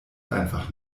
einfach